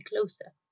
closer